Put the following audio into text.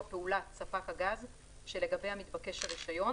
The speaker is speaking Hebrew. פעולת ספק הגז שלגביה מתבקש הרישיון,